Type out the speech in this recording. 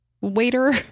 Waiter